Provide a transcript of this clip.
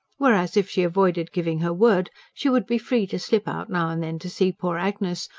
whereas if she avoided giving her word, she would be free to slip out now and then to see poor agnes,